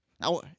Now